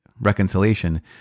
reconciliation